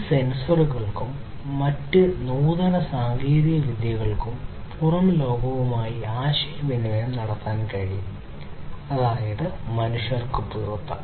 ഈ സെൻസറുകൾക്കും മറ്റ് നൂതന സാങ്കേതികവിദ്യകൾക്കും പുറം ലോകവുമായി ആശയവിനിമയം നടത്താൻ കഴിയും അതായത് മനുഷ്യർക്ക് പുറത്ത്